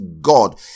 God